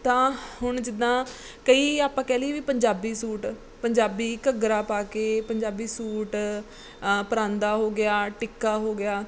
ਤਾਂ ਹੁਣ ਜਿੱਦਾਂ ਕਈ ਆਪਾਂ ਕਹਿ ਲਈਏ ਵੀ ਪੰਜਾਬੀ ਸੂਟ ਪੰਜਾਬੀ ਘੱਗਰਾ ਪਾ ਕੇ ਪੰਜਾਬੀ ਸੂਟ ਪਰਾਂਦਾ ਹੋ ਗਿਆ ਟਿੱਕਾ ਹੋ ਗਿਆ